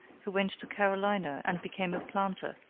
who went to carolina and became a planter,